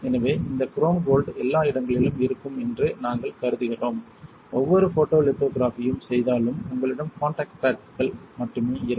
எனவே இந்த chrome gold எல்லா இடங்களிலும் இருக்கும் என்று நாங்கள் கருதுகிறோம் எந்தவொரு ஃபோட்டோலித்தோகிராஃபியும் செய்தாலும் உங்களிடம் காண்டாக்ட் பேட்கள் மட்டுமே இருக்கும்